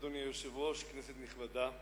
אדוני היושב-ראש, כנסת נכבדה,